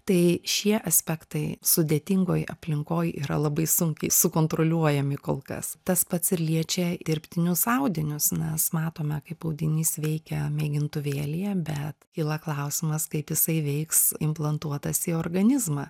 tai šie aspektai sudėtingoj aplinkoj yra labai sunkiai sukontroliuojami kol kas tas pats ir liečia dirbtinius audinius mes matome kaip audinys veikia mėgintuvėlyje bet kyla klausimas kaip jisai veiks implantuotas į organizmą